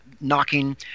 knocking